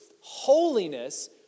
holiness